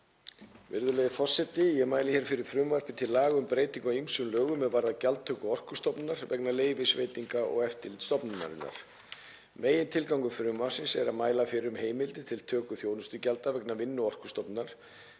Virðulegi forseti. Ég mæli fyrir frumvarpi til laga um breytingu á ýmsum lögum er varða gjaldtöku Orkustofnunar vegna leyfisveitinga og eftirlits stofnunarinnar. Megintilgangur frumvarpsins er að mæla fyrir um heimildir til töku þjónustugjalda vegna vinnu Orkustofnunar